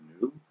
New